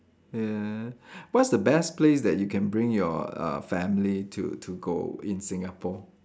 ya what's the best place that you can bring your uh family to to go in Singapore